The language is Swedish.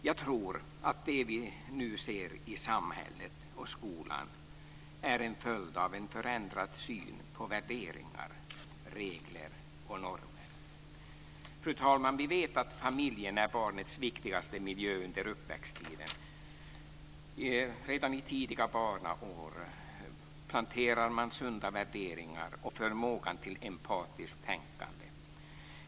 Jag tror att det vi nu ser i samhället och i skolan är en följd av en förändrad syn på värderingar, regler och normer. Fru talman! Vi vet att familjen är barnets viktigaste miljö under uppväxttiden. Redan i tidiga barnaår planterar man sunda värderingar och förmågan till empatiskt tänkande.